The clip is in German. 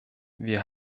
wir